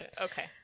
Okay